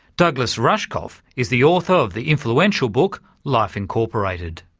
douglas rushkoff is the author of the influential book life incorporated.